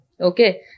Okay